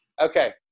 Okay